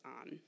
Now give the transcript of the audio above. on